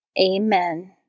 Amen